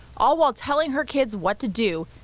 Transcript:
all while telling her kids what to do,